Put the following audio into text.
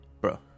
bro